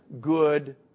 good